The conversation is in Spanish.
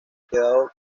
quedado